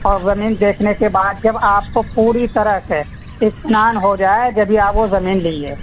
اور زمین دیکھنے کے بعد جب آپ کو پوری طرح سے اطمینان ہوجائے جبھی آپ وہ زمین لیجیے